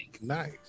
nice